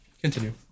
continue